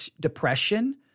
depression